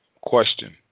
question